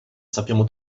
sappiamo